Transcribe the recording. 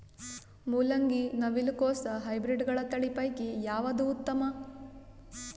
ಮೊಲಂಗಿ, ನವಿಲು ಕೊಸ ಹೈಬ್ರಿಡ್ಗಳ ತಳಿ ಪೈಕಿ ಯಾವದು ಉತ್ತಮ?